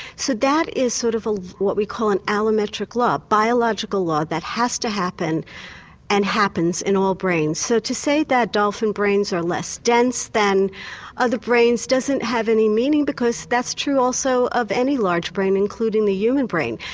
so that is sort of what what we call an allometric law, a biological law that has to happen and happens in all brains. so to say that dolphin brains are less dense than other brains doesn't have any meaning because that's true also of any large brain including the human brain.